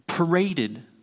paraded